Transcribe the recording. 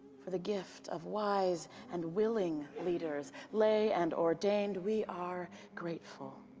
for the gift of wise and willing leaders, lay and ordained, we are grateful.